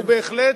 הוא בהחלט,